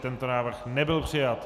Tento návrh nebyl přijat.